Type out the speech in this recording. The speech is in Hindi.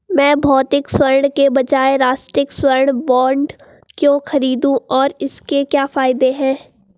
मैं भौतिक स्वर्ण के बजाय राष्ट्रिक स्वर्ण बॉन्ड क्यों खरीदूं और इसके क्या फायदे हैं?